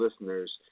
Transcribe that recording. listeners